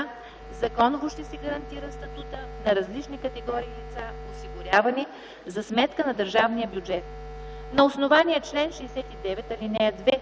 законово ще се гарантира статутът на различни категории лица, осигурявани за сметка на държавния бюджет. На основание чл. 69, ал. 2